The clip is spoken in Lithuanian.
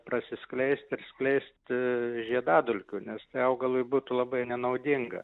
prasiskleist ir skleist žiedadulkių nes tai augalui būtų labai nenaudinga